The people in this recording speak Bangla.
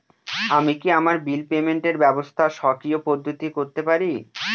আমি কি আমার বিল পেমেন্টের ব্যবস্থা স্বকীয় পদ্ধতিতে করতে পারি?